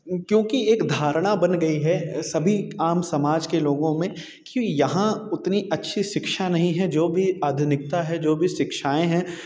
क्योंकि एक धारणा बन गई है सभी आम समाज के लोगों में कि यहाँ इतनी अच्छी शिक्षा नहीं है जो भी आधुनिकता है जो भी शिक्षाएँ हैं